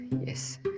yes